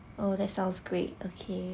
oh that sounds great okay